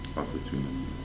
opportunity